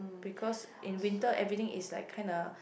because in winter everything is like kinda